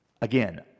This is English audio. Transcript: Again